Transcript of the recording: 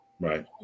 Right